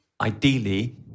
ideally